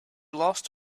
lost